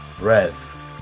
Rev